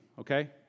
Okay